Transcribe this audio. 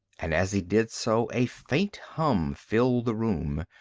and as he did so a faint hum filled the room,